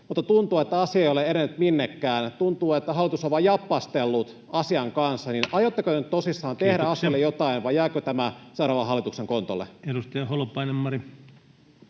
tuntuu, että asia ei ole edennyt minnekään. Tuntuu, että hallitus on vain jappaistellut asian kanssa. Aiotteko te nyt tosissaan [Puhemies: Kiitoksia!] tehdä asialle jotain, vai jääkö tämä seuraavan hallituksen kontolle? Edustaja Holopainen, Mari,